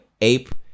ape